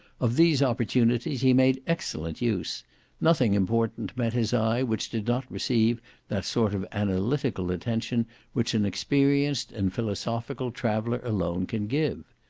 of these opportunities he made excellent use nothing important met his eye which did not receive that sort of analytical attention which an experienced and philosophical traveller alone can give.